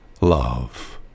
love